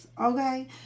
Okay